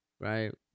Right